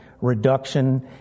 reduction